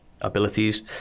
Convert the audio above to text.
abilities